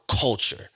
culture